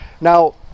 Now